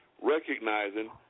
recognizing